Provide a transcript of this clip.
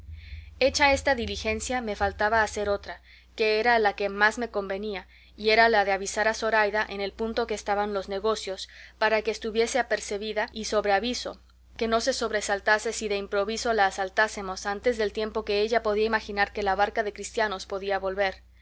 hecha esta diligencia me faltaba hacer otra que era la que más me convenía y era la de avisar a zoraida en el punto que estaban los negocios para que estuviese apercebida y sobre aviso que no se sobresaltase si de improviso la asaltásemos antes del tiempo que ella podía imaginar que la barca de cristianos podía volver